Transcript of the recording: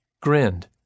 Grinned